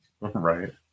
right